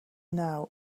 now